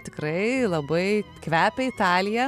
tikrai labai kvepia italija